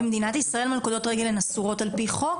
במדינת ישראל מלכודות רגל הן אסורות על פי חוק?